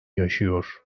yaşıyor